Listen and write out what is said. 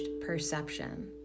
perception